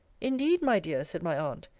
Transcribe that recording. indeed, my dear, said my aunt,